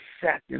second